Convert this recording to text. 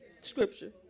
scripture